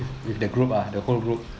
with the group ah the whole group